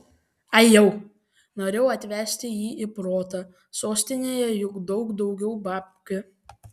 ajau norėjau atvesti jį į protą sostinėje juk daug daugiau babkių